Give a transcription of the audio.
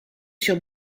sur